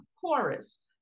Chorus